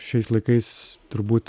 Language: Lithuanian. šiais laikais turbūt